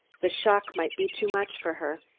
the shock might be too much for her.